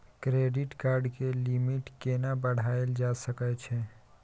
Credit card के limit केना बढायल जा सकै छै?